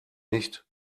nicht